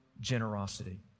generosity